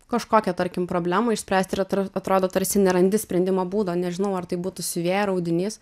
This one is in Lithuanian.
kažkokią tarkim problemą išspręst ir atr atrodo tarsi nerandi sprendimo būdo nežinau ar tai būtų siuvėja audinys